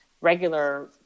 regular